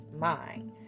mind